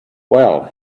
well